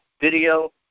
video